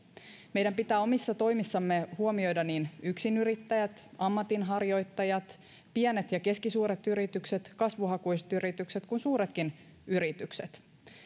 meidän pitää omissa toimissamme huomioida niin yksinyrittäjät ammatinharjoittajat pienet ja keskisuuret yritykset kasvuhakuiset yritykset kuin suuretkin yritykset